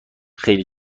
خیلی